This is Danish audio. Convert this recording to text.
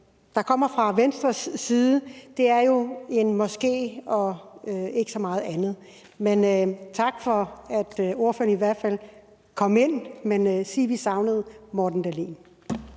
der kommer fra Venstres side, er jo et måske og ikke så meget andet. Men tak for, at ordføreren i hvert fald kom ind, men sig til hr. Morten Dahlin,